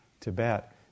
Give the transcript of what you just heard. Tibet